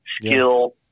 skill